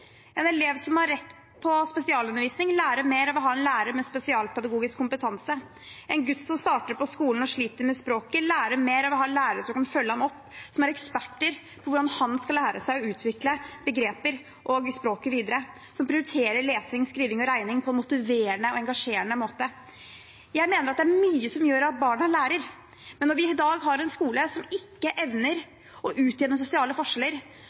En elev som har rett på spesialundervisning, lærer mer av å ha en lærer med spesialpedagogisk kompetanse. En gutt som starter på skolen og sliter med språket, lærer mer av å ha lærere som kan følge ham opp, som er eksperter på hvordan han skal lære seg å utvikle begreper og språket videre, og som prioriterer lesing, skriving og regning på en motiverende og engasjerende måte. Jeg mener at det er mye som gjør at barna lærer. Men når vi i dag har en skole som ikke evner å utjevne sosiale forskjeller,